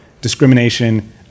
discrimination